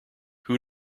who